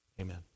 Amen